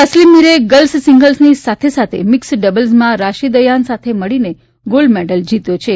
તસલીમ મીરે ગર્લ્સ સિંગલ્સની સાથે સાથે મિક્સ ડબલ્સમાં રાશિદ અયાન સાથે મળીને ગોલ્ડ મેડલ જીત્યો છે